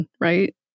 right